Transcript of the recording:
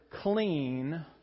clean